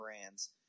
brands